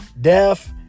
deaf